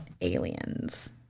aliens